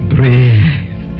Breathe